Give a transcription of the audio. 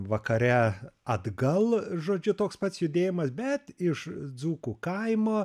vakare atgal žodžiu toks pats judėjimas bet iš dzūkų kaimo